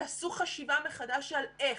תעשו חשיבה מחדש על איך,